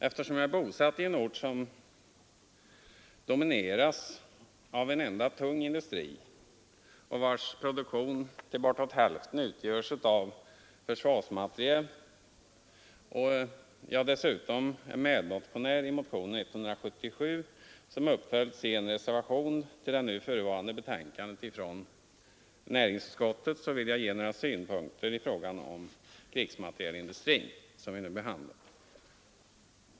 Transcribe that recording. Eftersom jag är bosatt på en ort som domineras av en enda tung industri, vars produktion till bortåt hälften utgörs av försvarsmateriel, och eftersom jag dessutom är medmotionär i motionen 177, som uppföljs i en reservation till det nu förevarande betänkandet från näringsutskottet, vill jag ge några synpunkter i fråga om krigsmaterielindustrin som vi nu behandlar.